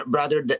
Brother